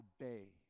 obey